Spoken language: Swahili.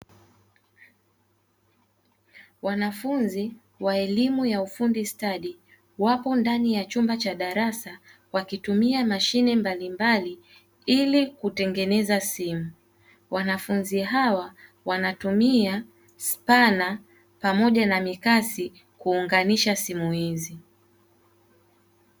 Wanafunzi wa elimu ya ufundi stadi, wapo ndani ya chumba cha darasa wakitumia mashine mbalimbali ili kutengeneza simu, wanafunzi hawa wanatumia spana pamoja na mikasi kuunganiaha simu hizi.